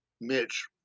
mitch